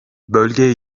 bölge